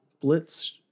Blitz